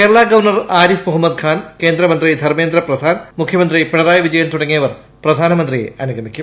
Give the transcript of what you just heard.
Kerala governor Arif Muhammad Khan കേന്ദ്രമന്ത്രി ധർമേന്ദ്ര പ്രധാൻ മുഖ്യമന്ത്രി പിണറായി വിജയൻ തുടങ്ങിയവർ പ്രധാനമന്ത്രിയെ അനുഗമിക്കും